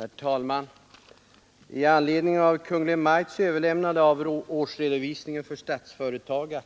Herr talman! I anledning av Kungl. Maj:ts överlämnande av årsredovisning för Statsföretag AB